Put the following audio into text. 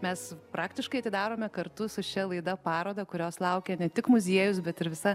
mes praktiškai atidarome kartu su šia laida parodą kurios laukia ne tik muziejus bet ir visa